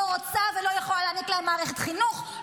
לא רוצה ולא יכולה להעניק להם מערכת חינוך,